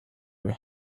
were